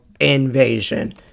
Invasion